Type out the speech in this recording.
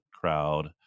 crowd